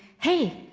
hey,